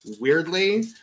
weirdly